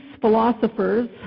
philosophers